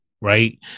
right